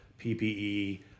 PPE